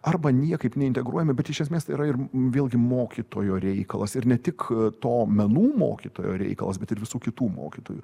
arba niekaip neintegruojami bet iš esmės tai yra ir vėlgi mokytojo reikalas ir ne tik to menų mokytojo reikalas bet ir visų kitų mokytojų